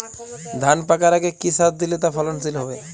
ধান পাকার আগে কি সার দিলে তা ফলনশীল হবে?